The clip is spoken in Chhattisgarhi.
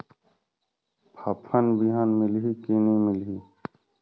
फाफण बिहान मिलही की नी मिलही?